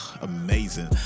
amazing